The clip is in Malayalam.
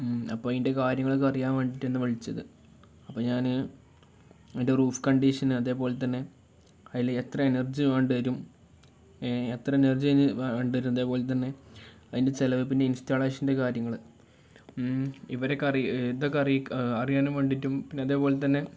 അപ്പം അതിൻ്റെ കാര്യങ്ങളൊക്കെ അറിയാൻ വേണ്ടിയിട്ടൊന്ന് വിളിച്ചത് അപ്പം ഞാൻ അതിൻ്റെ റൂഫ് കണ്ടീഷന് അതേപോലെ തന്നെ അതിൽ എത്ര എനർജി വേണ്ടി വരും എത്ര എനർജി വേണ്ടി വരും അതേപോലെ തന്നെ അതിൻ്റെ ചിലവ് പിന്നെ ഇൻസ്റ്റാളേഷൻ്റെ കാര്യങ്ങൾ ഇവരൊക്കെ അറിയാൻ ഇതൊക്കെ അറിയാൻ അറിയാനും വേണ്ടിയിട്ടും പിന്നെ അതേപോലെ തന്നെ